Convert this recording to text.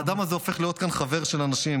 האדם הזה הופך להיות כאן חבר של אנשים,